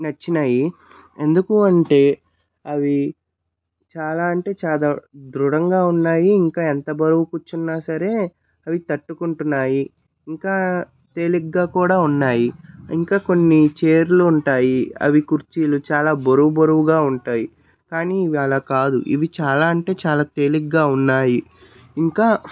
నచ్చినాయి ఎందుకు అంటే అవి చాలా అంటే చాలా దృఢంగా ఉన్నాయి ఇంకా ఎంత బరువు కూర్చున్న సరే అవి తట్టుకుంటున్నాయి ఇంకా తేలికగా కూడా ఉన్నాయి ఇంకా కొన్ని చైర్లు ఉంటాయి అవి కుర్చీలు చాలా బరువు బరువుగా ఉంటాయి కానీ ఇవి అలా కాదు ఇవి చాలా అంటే చాలా తేలికగా ఉన్నాయి ఇంకా